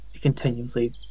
continuously